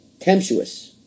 temptuous